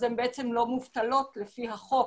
אז הן בעצם לא מובטלות לפי החוק.